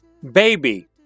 Baby